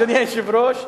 אדוני היושב-ראש,